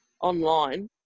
online